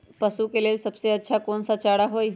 पशु के लेल सबसे अच्छा कौन सा चारा होई?